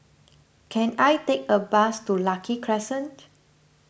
can I take a bus to Lucky Crescent